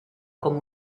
como